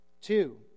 Two